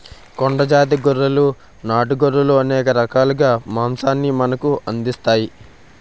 కొండ జాతి గొర్రెలు నాటు గొర్రెలు అనేక రకాలుగా మాంసాన్ని మనకు అందిస్తాయి